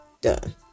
done